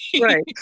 right